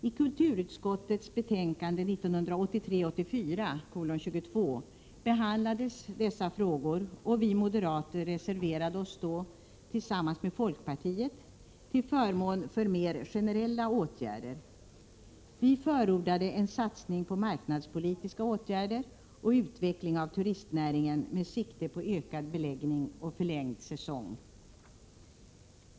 I kulturutskottets betänkande 1983/84:22 behandlades dessa frågor, och vi moderater reserverade oss då tillsammans med folkpartiet till förmån för mer generella åtgärder. Vi förordade en satsning på marknadspolitiska åtgärder och utveckling av turistnäringen med sikte på ökad beläggning och förlängd säsong.